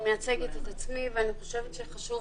אני מייצגת את עצמי ואני חושבת שחשוב